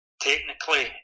technically